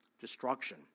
destruction